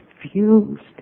confused